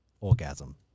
orgasm